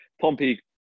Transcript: Pompey